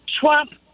Trump